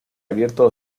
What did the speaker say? abierto